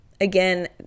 again